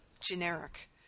generic